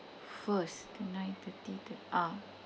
first twenty nine thirty thir~ ah